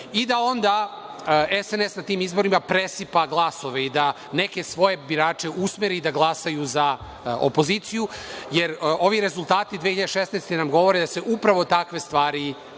i da onda SNS na tim izborima presipa glasova i da neke svoje birače usmeri da glasaju za opoziciju, jer ovi rezultati 2016. godine nam govore da su se upravo takve stvari dešavale,